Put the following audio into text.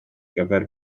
gyfer